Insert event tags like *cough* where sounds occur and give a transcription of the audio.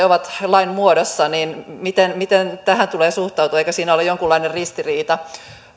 *unintelligible* ovat lain muodossa niin miten miten tähän tulee suhtautua eikö siinä ole jonkunlainen ristiriita